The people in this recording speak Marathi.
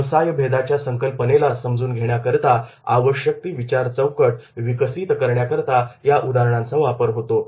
व्यवसायभेदाच्या संकल्पनेला समजून घेण्याकरिता आवश्यक ती वैचारिक चौकट विकसित करण्याकरिता या उदाहरणांचा वापर होतो